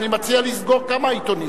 אני מציע לסגור כמה עיתונים,